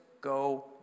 go